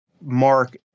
mark